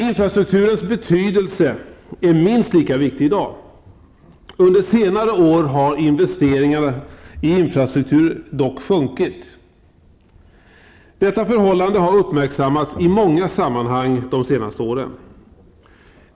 Infrastrukturens betydelse är minst lika stor i dag. Under senare år har investeringarna i infrastruktur dock minskat. Detta förhållande har uppmärksammats i många sammanhang de senaste åren.